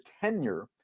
tenure